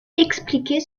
expliquer